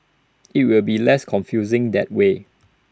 IT will be less confusing that way